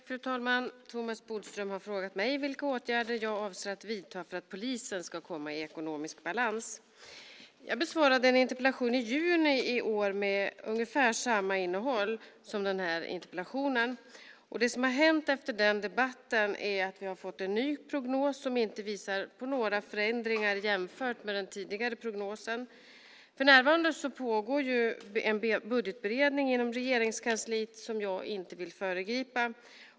Fru talman! Thomas Bodström har frågat mig vilka åtgärder jag avser att vidta för att polisen ska komma i ekonomisk balans. Jag besvarade en interpellation i juni i år med i princip samma innehåll som den här interpellationen. Det som har hänt efter den debatten är att det har kommit en ny prognos som inte visar på några förändringar jämfört med den tidigare prognosen. För närvarande pågår en budgetberedning inom Regeringskansliet som jag inte vill föregripa.